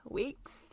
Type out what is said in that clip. weeks